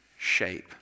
shape